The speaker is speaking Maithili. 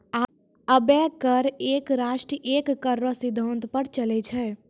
अबै कर एक राष्ट्र एक कर रो सिद्धांत पर चलै छै